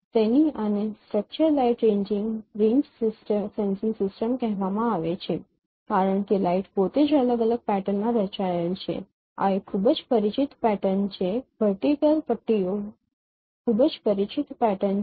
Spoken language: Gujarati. તેથી આને structured light range sensing system કહેવામાં આવે છે કારણ કે લાઇટ પોતે જ અલગ અલગ પેટર્નમાં રચાયેલ છે આ એક ખૂબ જ પરિચિત પેટર્ન છે વર્ટીકલ પટ્ટીઓ ખૂબ જ પરિચિત પેટર્ન છે